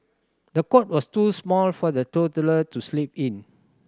the cot was too small for the toddler to sleep in